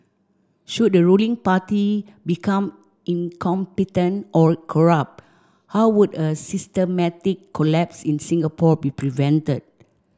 should the ruling party become incompetent or corrupt how would a systematic collapse in Singapore be prevented